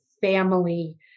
family